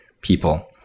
people